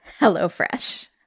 HelloFresh